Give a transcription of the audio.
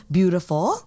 Beautiful